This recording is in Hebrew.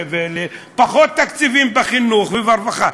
ופחות תקציבים בחינוך וברווחה,